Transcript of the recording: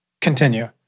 continue